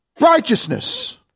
Righteousness